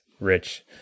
rich